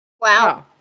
Wow